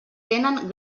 tenen